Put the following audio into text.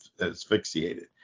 asphyxiated